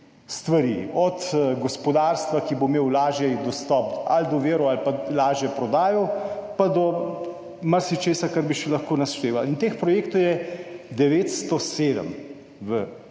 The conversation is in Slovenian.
stvari – od gospodarstva, ki bo imel lažji dostop do virov ali pa lažje prodajal, pa do marsičesa, kar bi še lahko naštevali. Teh projektov je 907